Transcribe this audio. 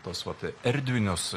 tuos vat erdvinius